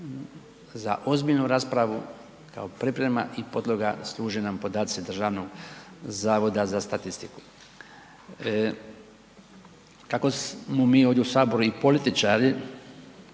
za ozbiljnu raspravu kao priprema i podloga služe nam podaci Državnog zavoda za statistiku. Kako smo mi ovdje u Saboru i političari